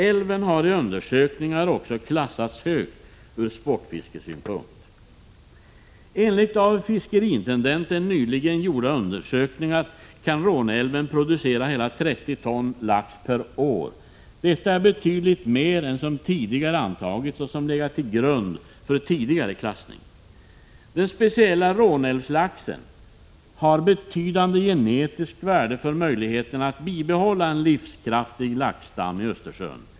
Älven har i undersökningar också klassats högt ur sportfiskesynpunkt. Enligt av fiskeriintendenten nyligen gjorda undersökningar kan Råneälven producera hela 30 ton lax per år. Detta är betydligt mer än som tidigare antagits och som legat till grund för tidigare klassning. Den speciella Råneälvslaxen har betydande genetiskt värde när det gäller möjligheterna att bibehålla en livskraftig laxstam i Östersjön.